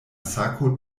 sako